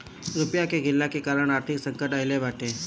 रुपया के गिरला के कारण आर्थिक संकट आईल बाटे